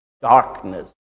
darkness